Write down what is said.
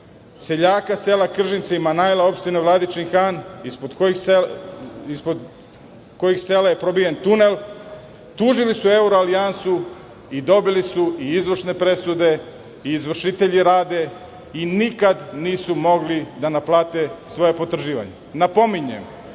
seljaka sela Kržnice i Manajla, opštine Vladičin Han, ispod kojih sela je probijen tunel, tužili su Euroalijansu, i dobili su i izvršne presude i izvršitelji rade i nikada nisu mogli da naplate svoja potraživanja. Napominjem